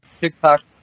tiktok